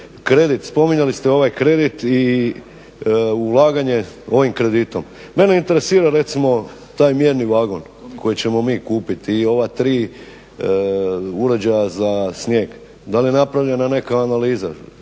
Kredit, spominjali ste ovaj kredit i ulaganje ovim kreditom, mene interesira recimo taj mjerni vagon koji ćemo mi kupiti i ova tri uređaja za snijeg, da li je napravljena neka analiza,